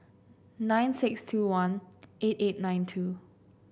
nine six two one eight eight nine two